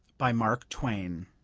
by mark twain